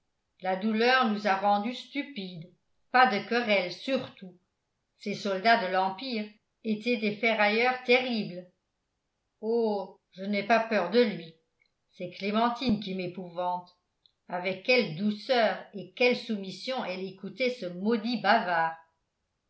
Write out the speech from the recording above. la douleur nous a rendus stupides pas de querelles surtout ces soldats de l'empire étaient des ferrailleurs terribles oh je n'ai pas peur de lui c'est clémentine qui m'épouvante avec quelle douceur et quelle soumission elle écoutait ce maudit bavard